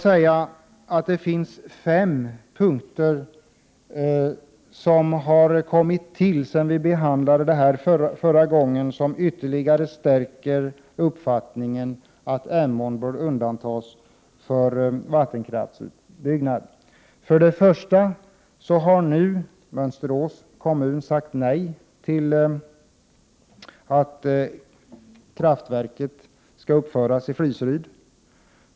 Fem av dessa punkter har kommit till sedan vi behandlade detta ärende förra gången. Dessa punkter stärker ytterligare uppfattningen att Emån bör undantas från vattenkraftsutbyggnad. För det första har Mönsterås kommun nu sagt nej till ett uppförande av kraftverk i Fliseryd.